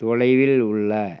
தொலைவில் உள்ள